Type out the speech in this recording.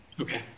Okay